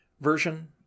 version